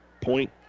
Point